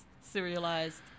serialized